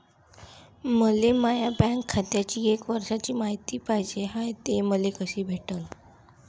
मले माया बँक खात्याची एक वर्षाची मायती पाहिजे हाय, ते मले कसी भेटनं?